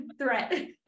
threat